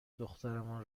دخترمان